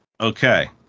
Okay